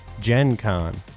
GenCon